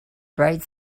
bright